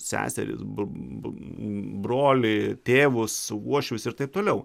seseris bo bo broliį tėvus uošvius ir taip toliau